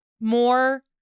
more